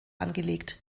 angelegt